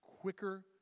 quicker